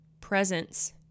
presence